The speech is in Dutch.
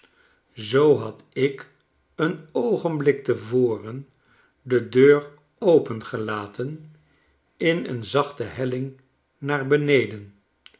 zoo had ik een oogenblik te voren de deur opengelaten in een zachte helling naar beneden